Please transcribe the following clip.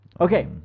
Okay